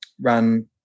run